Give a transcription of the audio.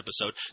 episode